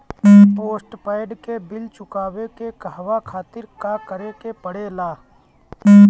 Postpaid के bill चुकावे के कहवा खातिर का करे के पड़ें ला?